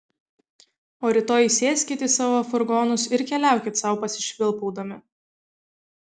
o rytoj sėskit į savo furgonus ir keliaukit sau pasišvilpaudami